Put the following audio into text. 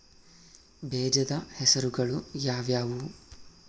ಬೇಜದ ಹೆಸರುಗಳು ಯಾವ್ಯಾವು?